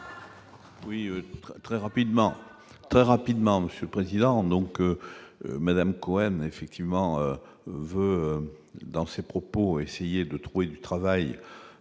Oui, très rapidement, très rapidement Monsieur Président donc Madame Cohen effectivement dans ses propos, essayer de trouver du travail